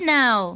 now